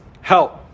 help